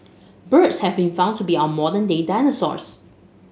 birds have been found to be our modern day dinosaurs